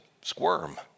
squirm